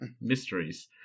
mysteries